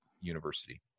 University